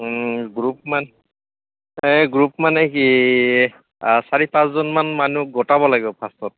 group মানে এই group মানে কি চাৰি পাঁচজনমান মানুহ গোটাব লাগিব ফাৰ্ষ্টত